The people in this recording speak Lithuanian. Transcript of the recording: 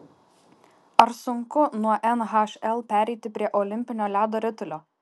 ar sunku nuo nhl pereiti prie olimpinio ledo ritulio